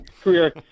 career